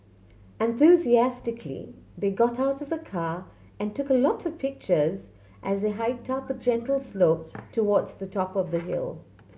enthusiastically they got out of the car and took a lot of pictures as they hiked up a gentle slope towards the top of the hill